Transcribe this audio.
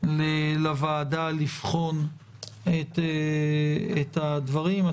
לוועדה לבחון את הדברים האלה.